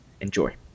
enjoy